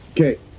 Okay